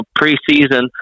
preseason